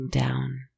down